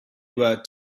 were